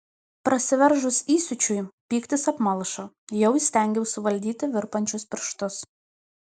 prasiveržus įsiūčiui pyktis apmalšo jau įstengiau suvaldyti virpančius pirštus